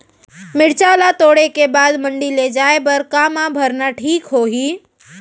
मिरचा ला तोड़े के बाद मंडी ले जाए बर का मा भरना ठीक होही?